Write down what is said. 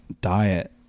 diet